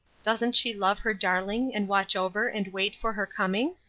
doesn't she love her darling and watch over and wait for her coming?